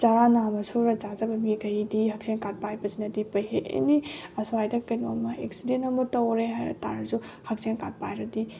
ꯆꯔꯥ ꯅꯥꯝꯃ ꯁꯨꯔꯒ ꯆꯥꯖꯕ ꯃꯤꯈꯩꯗꯤ ꯍꯛꯁꯦꯜ ꯀꯥꯠ ꯄꯥꯏꯕꯁꯤꯅꯗꯤ ꯍꯦꯟꯅ ꯐꯩ ꯑꯦꯅꯤ ꯑ꯭ꯋꯥꯏꯗ ꯀꯩꯅꯣꯃ ꯑꯦꯛꯁꯤꯗꯦꯟ ꯑꯃ ꯇꯧꯔꯦ ꯍꯥꯏꯕ ꯇꯥꯔꯁꯨ ꯍꯛꯁꯦꯜ ꯀꯥꯠ ꯄꯥꯏꯔꯗꯤ